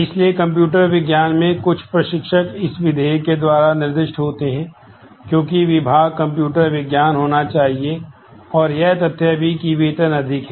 इसलिए कंप्यूटर विज्ञान में कुछ प्रशिक्षक इस विधेय के द्वारा निर्दिष्ट होते हैं क्योंकि विभाग कंप्यूटर विज्ञान होना चाहिए और यह तथ्य भी कि वेतन अधिक है